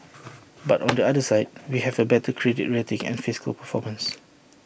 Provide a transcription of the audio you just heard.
but on the other side we have A better credit rating and fiscal performance